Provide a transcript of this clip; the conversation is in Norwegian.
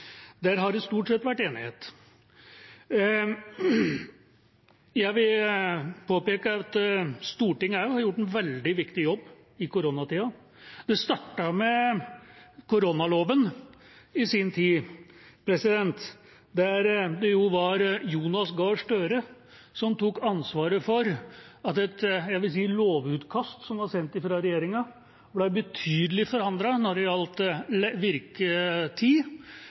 Der har det stort sett vært enighet. Jeg vil påpeke at også Stortinget har gjort en veldig viktig jobb i koronatida. Det startet med koronaloven i sin tid, der det jo var Jonas Gahr Støre som tok ansvaret for at et lovutkast, vil jeg si, som var sendt fra regjeringa, ble betydelig forandret når det gjaldt virketid,